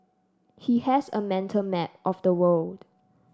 he has a mental map of the world